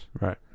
Right